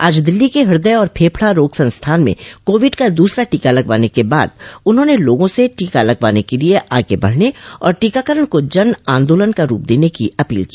आज दिल्ली के हृदय और फेफडा रोग संस्थान में कोविड का दूसरा टीका लगवाने के बाद उन्होंने लोगों से टीका लगवाने के लिए आगे बढने और टीकाकरण को जन आंदोलन का रूप देने की अपील की